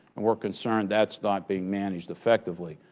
and we're concerned that's not being managed effectively.